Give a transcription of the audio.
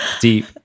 deep